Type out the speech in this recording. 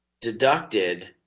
deducted